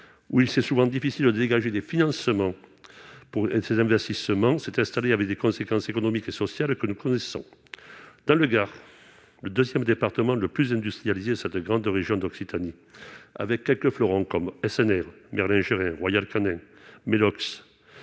où il s'est souvent difficile de dégager des financements pour ces investissements s'est installé, il y avait des conséquences économiques et sociales que nous connaissons dans le Gard, le 2ème, département le plus industrialisé cette grande région d'Occitanie avec quelques fleurons comme SNR Berlin gérée, Royal Canin, mais